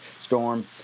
storm